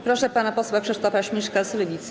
Proszę pana posła Krzysztofa Śmiszka z Lewicy.